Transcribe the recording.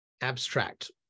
abstract